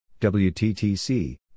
WTTC